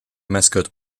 mascotte